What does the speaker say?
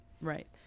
right